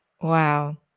Wow